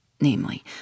namely